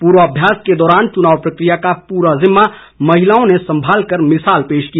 पूर्वाभ्यास के दौरान चुनाव प्रक्रिया का पूरा ज़िम्मा महिलाओं ने संभालाकर मिसाल पेश की